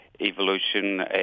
evolution